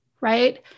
Right